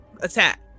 attack